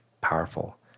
powerful